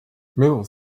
middle